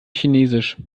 chinesisch